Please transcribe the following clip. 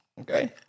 Okay